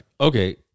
Okay